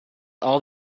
all